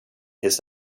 his